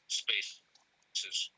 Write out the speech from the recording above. spaces